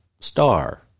star